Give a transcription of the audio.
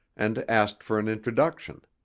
and asked for an introduction.